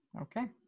Okay